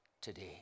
today